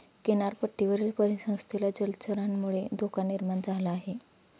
किनारपट्टीवरील परिसंस्थेला जलचरांमुळे धोका निर्माण झाला आहे